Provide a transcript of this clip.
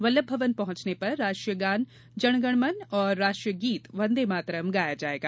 वल्लभ भवन पहँचने पर राष्ट्रीय गान जन गण मन और राष्ट्रीय गीत वन्दे मातरम गाया जायेगा